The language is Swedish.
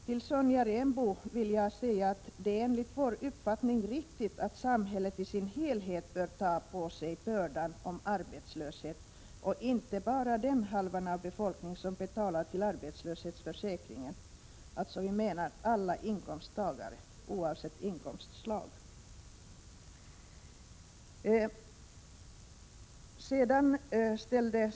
Till Sonja Rembo vill jag säga att det enligt vår uppfattning är riktigt att samhället i sin helhet tar på sig bördan av arbetslösheten och inte bara den halvan av befolkningen som betalar till arbetslöshetsförsäkringen. Vi menar att detta skall gälla alla inkomsttagare oavsett inkomstslag.